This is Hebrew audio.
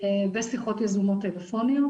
ושיחות טלפוניות יזומות.